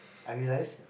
I realise